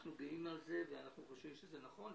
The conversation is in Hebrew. אנחנו גאים על זה, אנחנו חושבים שזה נכון.